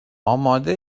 آماده